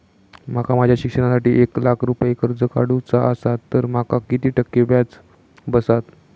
माका माझ्या शिक्षणासाठी एक लाख रुपये कर्ज काढू चा असा तर माका किती टक्के व्याज बसात?